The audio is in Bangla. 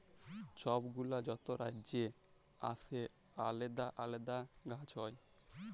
ছব গুলা যত রাজ্যে আসে আলেদা আলেদা গাহাচ হ্যয়